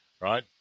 Right